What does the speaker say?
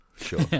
sure